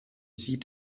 sieht